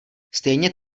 stejně